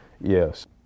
Yes